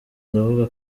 ndavuga